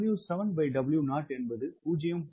எனவே W7W0 என்பது 0